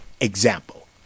Example